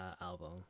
album